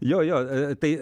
jo jo tai